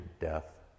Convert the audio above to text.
death